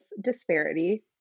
disparity